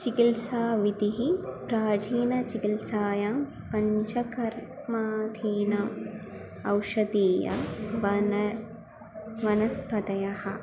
चिकित्साविधिः प्राचीनचिकित्सायां पञ्चकर्मादीनम् औषधीयं वन वनस्फतयः